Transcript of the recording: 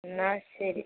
എന്നാൽ ശരി